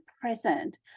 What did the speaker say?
present